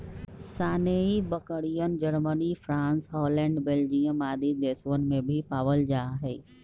सानेंइ बकरियन, Germany, France, Holland, Belgium आदि देशवन में भी पावल जाहई